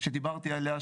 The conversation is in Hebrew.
שדיברתי עליה,